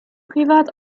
privat